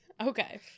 Okay